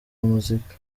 muziki